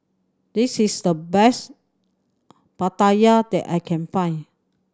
this is the best pattaya that I can find